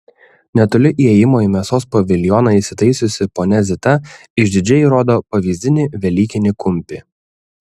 netoli įėjimo į mėsos paviljoną įsitaisiusi ponia zita išdidžiai rodo pavyzdinį velykinį kumpį